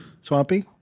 Swampy